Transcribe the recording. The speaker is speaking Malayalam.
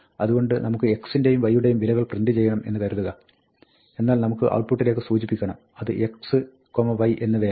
അതുകൊണ്ട് നമുക്ക് x ന്റെയും y യുടെയും വിലകൾ പ്രിന്റ് ചെയ്യണം എന്ന് കരുതുക എന്നാൽ നമുക്ക് ഔട്ട്പുട്ടിലേക്ക് സൂചിപ്പിക്കണം അത് x y എന്നിവയാണ്